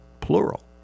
plural